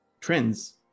trends